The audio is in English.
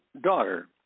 daughter